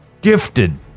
gifted